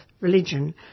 religion